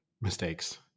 mistakes